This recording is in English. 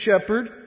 shepherd